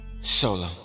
Solo